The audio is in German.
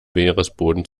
meeresboden